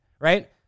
right